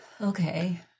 Okay